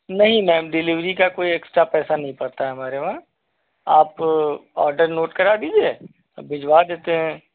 नहीं ma'am delivery का कोई एक्स्ट्रा पैसा नही पड़ता है हमारे वहाँ आप ऑर्डर नोट करा दीजिए भिजवा देते हैं